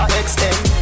extend